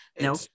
No